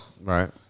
Right